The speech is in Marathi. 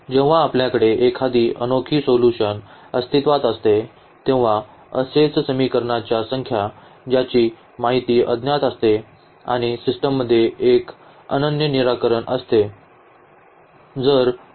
जेव्हा आपल्याकडे एखादी अनोखी सोल्यूशन अस्तित्त्वात असते तेव्हा असेच समीकरणांची संख्या ज्याची माहिती अज्ञात असते आणि सिस्टममध्ये एक अनन्य निराकरण असते